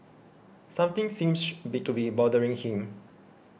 something seems be to be bothering him